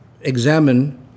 examine